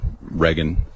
reagan